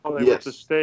Yes